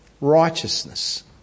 Righteousness